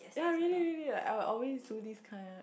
ya really really like I'll always do these kind